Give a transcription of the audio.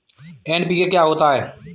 NPK क्या होता है?